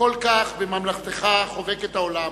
כל כך בממלכתך חובקת העולם,